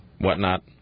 Whatnot